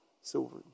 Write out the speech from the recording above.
silver